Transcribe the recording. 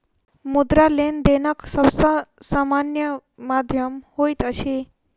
मुद्रा, लेनदेनक सब सॅ सामान्य माध्यम होइत अछि